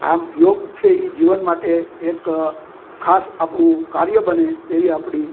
આમ યોગ છે એ જીવન માટે એક ખાસ આપણું કાર્ય બને એવી આપણી